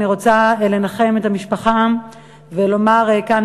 אני רוצה לנחם את המשפחה ולומר כאן,